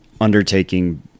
undertaking